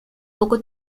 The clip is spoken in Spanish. poco